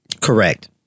Correct